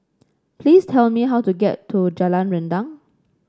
please tell me how to get to Jalan Rendang